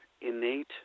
innate